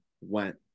went